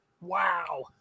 Wow